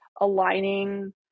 aligning